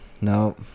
no